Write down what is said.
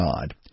God